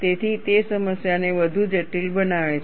તેથી તે સમસ્યાને વધુ જટિલ બનાવે છે